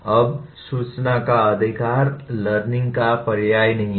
अब सूचना का अधिकार लर्निंग का पर्याय नहीं है